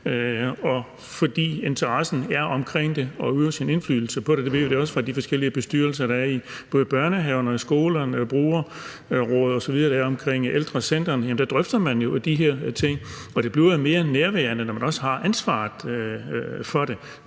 der er interesse for det, og den øver sin indflydelse der. Det ved vi også fra de forskellige bestyrelser, der er i både børnehaverne og skolerne og i brugerrådene, der er ved ældrecentrene; der drøfter man jo de her ting. Og det bliver mere nærværende, når man også har ansvaret for det.